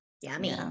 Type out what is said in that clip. Yummy